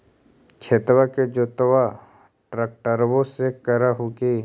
खेत के जोतबा ट्रकटर्बे से कर हू की?